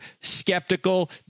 skeptical